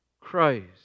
Christ